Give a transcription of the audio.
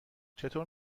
چطور